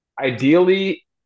ideally